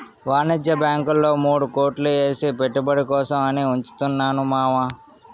వాణిజ్య బాంకుల్లో మూడు కోట్లు ఏసి పెట్టుబడి కోసం అని ఉంచుతున్నాను మావా